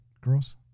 girls